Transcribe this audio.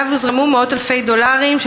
שאליו הוזרמו מאות-אלפי דולרים.